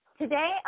Today